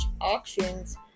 Auctions